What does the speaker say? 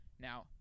now